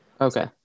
Okay